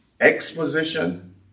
exposition